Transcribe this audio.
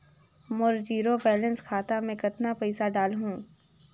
मोर zero balance खाता मे कतना पइसा डाल हूं?